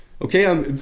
okay